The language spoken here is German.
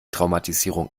traumatisierung